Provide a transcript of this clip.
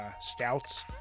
stouts